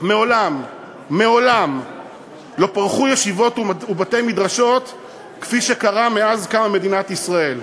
מעולם מעולם לא פרחו ישיבות ובתי-מדרשות כפי שקרה מאז קמה מדינת ישראל,